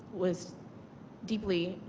was deeply